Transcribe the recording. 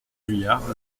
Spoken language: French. juliards